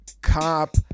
cop